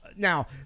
Now